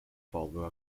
following